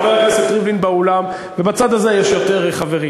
חבר הכנסת ריבלין באולם, ובצד הזה יש יותר חברים,